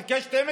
1 חלקי 12,